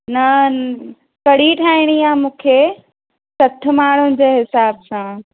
न कढ़ी ठाहिणी आहे मूंखे सठि माण्हुनि जे हिसाब सां